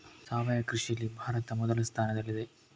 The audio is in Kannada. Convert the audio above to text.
ಸಾವಯವ ಕೃಷಿಯಲ್ಲಿ ಭಾರತ ಮೊದಲ ಸ್ಥಾನದಲ್ಲಿದೆ